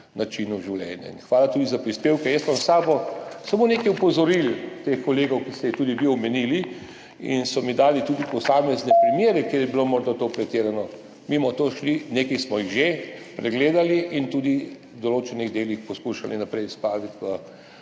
načina življenja. Hvala tudi za prispevke. Jaz imam s sabo samo nekaj opozoril teh kolegov, ki ste jih tudi vi omenili in so mi dali tudi posamezne primere, kjer je bilo morda to pretirano. Mi bomo to šli, nekaj smo jih že pregledali in tudi v določenih delih skušali naprej spraviti v